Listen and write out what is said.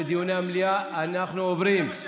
אנחנו עוברים לנושא הבא,